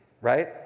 right